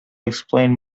explain